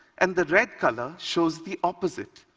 and the red color shows the opposite.